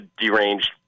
deranged